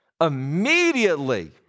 Immediately